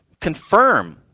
confirm